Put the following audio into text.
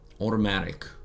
automatic